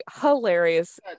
hilarious